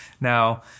Now